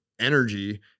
energy